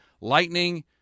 Lightning